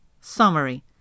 Summary